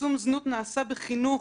צמצום זנות נעשה בחינוך,